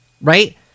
right